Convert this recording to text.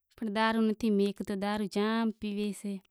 نانی کن زائے کوئی پھوئے کن زائے